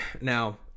Now